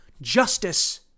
justice